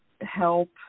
help